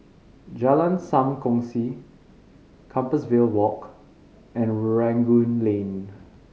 Jalan Sam Kongsi Compassvale Walk and Rangoon Lane